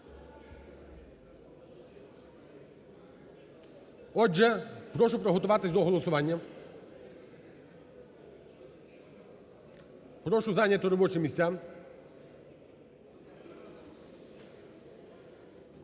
Отже, прошу приготуватись до голосування, прошу зайняти робочі місця.